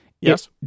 Yes